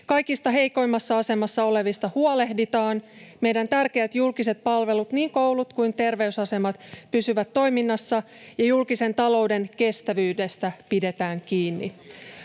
Kaikista heikoimmassa asemassa olevista huolehditaan, meidän tärkeät julkiset palvelut, niin koulut kuin terveysasemat, pysyvät toiminnassa ja julkisen talouden kestävyydestä pidetään kiinni.